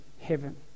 heaven